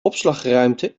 opslagruimte